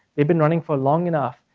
they've been running for long enough.